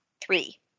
Three